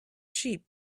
sheep